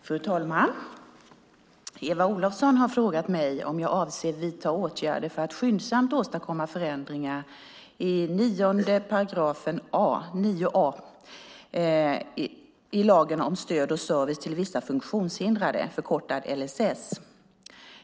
Fru talman! Eva Olofsson har frågat mig om jag avser att vidta åtgärder för att skyndsamt åstadkomma förändringar i 9 a § lagen om stöd och service till vissa funktionshindrade, förkortad LSS.